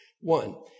One